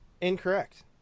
Incorrect